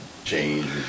change